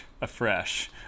afresh